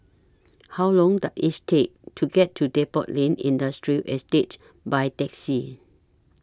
How Long Does IS Take to get to Depot Lane Industrial Estate By Taxi